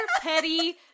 petty